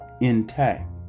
intact